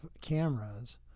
cameras